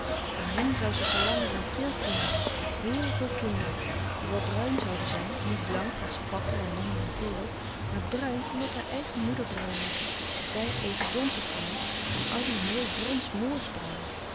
om hem zoû ze verlangen naar veel kinderen heel veel kinderen die wel bruin zouden zijn niet blank als papa en mama en theo maar bruin omdat haar eigen moeder bruin was zij even donzig bruin addy mooi brons moorsch bruin